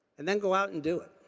and then go out and do it.